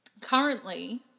currently